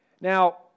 Now